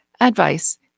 advice